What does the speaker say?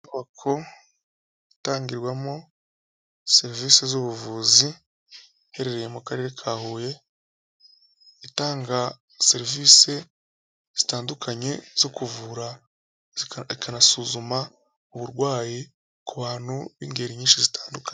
Inyubako itangirwamo serivisi z'ubuvuzi iherereye mu karere ka Huye, itanga serivisi zitandukanye zo kuvura ikanasuzuma uburwayi ku bantu b'ingeri nyinshi zitandukanye.